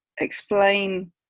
explain